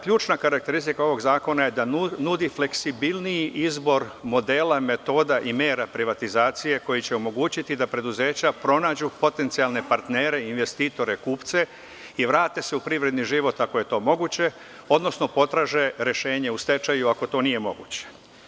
Ključna karakteristika ovog zakona jeste da nudi fleksibilniji izbor modela, metoda i mera privatizacije koji će omogućiti da preduzeća pronađu potencijalne partnere, investitore, kupce i vrate se u privredni život, ako je to moguće, odnosno potraže rešenje u stečaju, ako to nije moguće.